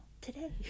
today